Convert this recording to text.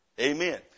Amen